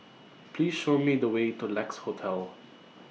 Please Show Me The Way to Lex Hotel